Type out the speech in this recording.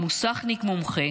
מוסכניק מומחה,